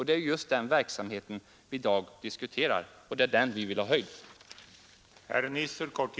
Det är just den verksamheten vi i dag diskuterar, och det är för den vi vill ha höjt anslag.